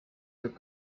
saab